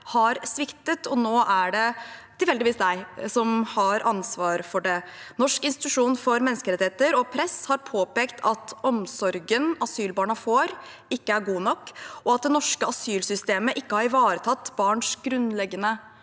har sviktet, og nå er det tilfeldigvis herværende justisminister som har ansvaret for det. Norges institusjon for menneskerettigheter og Press har påpekt at omsorgen asylbarna får, ikke er god nok, og at det norske asylsystemet ikke har ivaretatt barns grunnleggende